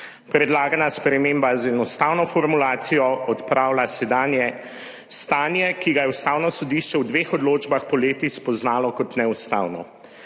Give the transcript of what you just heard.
Predlagana sprememba z enostavno formulacijo odpravlja sedanje stanje, ki ga je Ustavno sodišče v dveh odločbah poleti spoznalo kot neustavno.